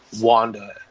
Wanda